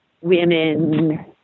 women